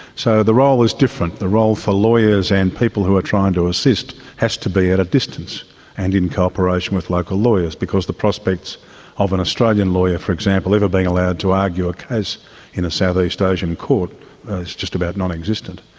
so the role is different. the role for lawyers and people who are trying to assist has to be at a distance and in cooperation with local lawyers, because the prospects of an australian lawyer, for example, ever being allowed to argue a case in a southeast asian court is just about a non-existent.